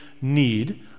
need